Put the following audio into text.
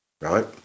right